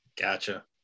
Gotcha